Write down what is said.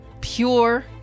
pure